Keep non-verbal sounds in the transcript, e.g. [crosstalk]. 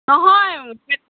নহয় [unintelligible]